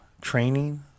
training